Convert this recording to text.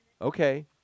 Okay